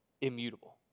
immutable